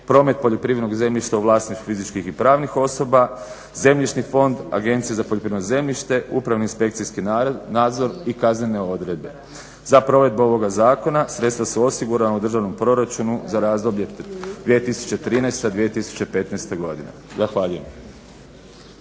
promet poljoprivrednog zemljišta u vlasništvu fizičkih i pravnih osoba, zemljišni fond Agencije za poljoprivredno zemljište, upravni i inspekcijski nadzor i kaznene odredbe. Za provedbu ovoga Zakona sredstva su osigurana u državnom proračunu za razdoblje 2013., 2015. godina.